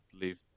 leave